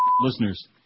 listeners